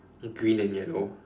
green and yellow